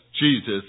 Jesus